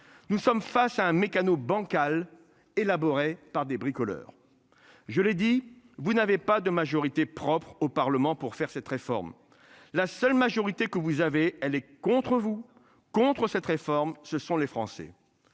nous sommes face à un mécano bancals élaborés par des bricoleurs. Je l'ai dit, vous n'avez pas de majorité propre au Parlement pour faire cette réforme. La seule majorité, que vous avez, elle est contre vous, contre cette réforme, ce sont les Français.